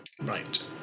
Right